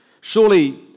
Surely